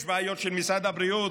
יש בעיות של משרד הבריאות,